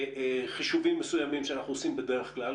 חישובים מסוימים שאנחנו עושים בדרך כלל,